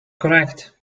correct